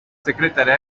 secretaria